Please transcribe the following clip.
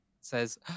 says